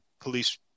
police